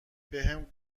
بهم